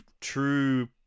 true